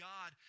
God